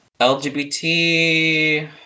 LGBT